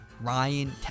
Ryan